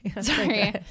Sorry